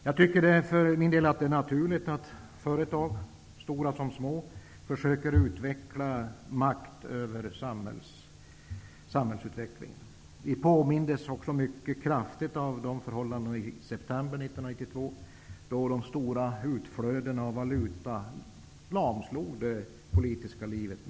Jag tycker för min del att det är naturligt att företag -- både stora och små -- försöker utveckla makt över samhällsutvecklingen. Vi påmindes mycket kraftigt om detta i september 1992 då de stora utflödena av valuta mer eller mindre lamslog det politiska livet.